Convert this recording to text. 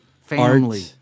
family